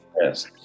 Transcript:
Yes